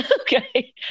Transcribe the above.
okay